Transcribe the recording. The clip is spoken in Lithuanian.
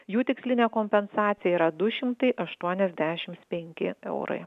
jų tikslinė kompensacija yra du šimtai aštuoniasdešim penki eurai